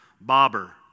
bobber